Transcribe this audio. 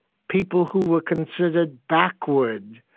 people who were considered backward,